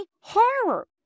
horror